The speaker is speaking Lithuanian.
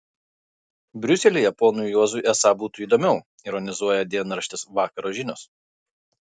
briuselyje ponui juozui esą būtų įdomiau ironizuoja dienraštis vakaro žinios